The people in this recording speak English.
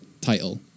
title